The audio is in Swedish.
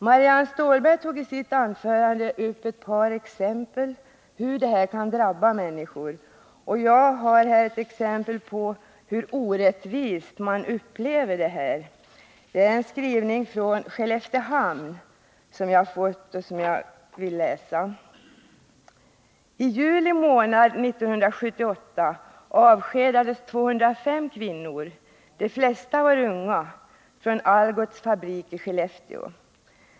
Marianne Stålberg tog i sitt anförande upp ett par exempel på hur detta kan drabba människor. Jag har här ett exempel på hur orättvist man upplever det. Det är en skrivelse från Skelleftehamn som jag har fått och vill läsa upp: ”TI juli månad i fjol avskedades 205 kvinnor, de flesta var unga, från Algots fabrik i Skellefteå.